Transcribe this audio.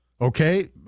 okay